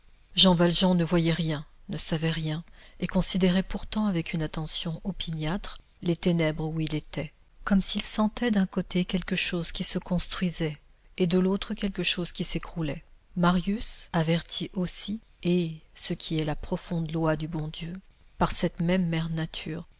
jean valjean ne voyait rien ne savait rien et considérait pourtant avec une attention opiniâtre les ténèbres où il était comme s'il sentait d'un côté